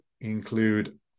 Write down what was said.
include